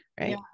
Right